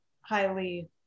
highly